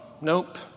nope